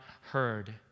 heard